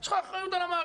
יש לך אחריות על המערכת.